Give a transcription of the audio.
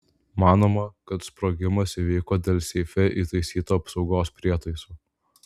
manoma kad sprogimas įvyko dėl seife įtaisyto apsaugos prietaiso